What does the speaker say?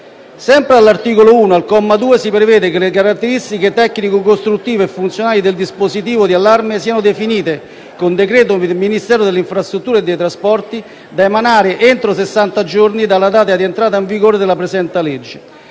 Sempre all'articolo 1, comma 2, si prevede che le caratteristiche tecnico-costruttive e funzionali del dispositivo di allarme siano definite con decreto del Ministero delle infrastrutture e dei trasporti da emanare entro sessanta giorni dalla data di entrata in vigore della presente legge.